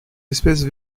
espèces